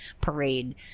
parade